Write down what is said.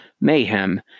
mayhem